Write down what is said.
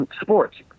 sports